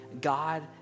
God